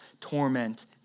torment